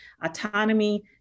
autonomy